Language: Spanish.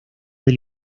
del